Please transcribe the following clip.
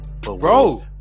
Bro